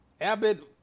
Abbott